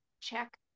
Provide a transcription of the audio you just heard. check